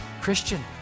Christian